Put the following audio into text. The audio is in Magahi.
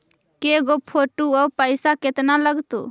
के गो फोटो औ पैसा केतना लगतै?